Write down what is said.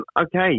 Okay